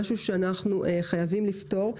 משהו שאנחנו חייבים לפתור.